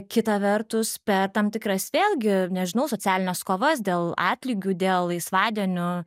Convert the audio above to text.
kita vertus per tam tikras vėlgi nežinau socialines kovas dėl atlygių dėl laisvadienių